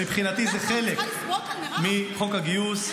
מבחינתי זה חלק מחוק הגיוס.